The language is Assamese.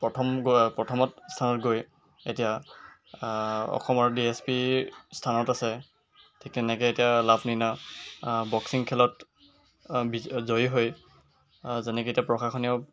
প্ৰথম গৈ প্ৰথমৰ স্থানত গৈ এতিয়া অসমৰ ডি এছ পিৰ স্থানত আছে ঠিক তেনেকৈ এতিয়া লাভলিনা বক্সিং খেলত জয়ী হৈ যেনেকৈ এতিয়া প্ৰশাসনীয়